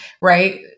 right